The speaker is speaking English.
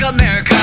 America